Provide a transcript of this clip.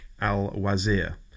al-Wazir